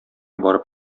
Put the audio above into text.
барып